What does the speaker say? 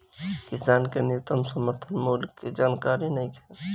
किसान के न्यूनतम समर्थन मूल्य के जानकारी नईखे